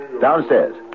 Downstairs